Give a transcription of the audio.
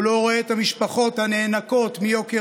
הוא לא רואה את המשפחות הנאנקות מיוקר